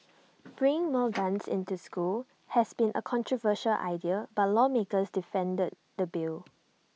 bring more guns into school has been A controversial idea but lawmakers defended the bill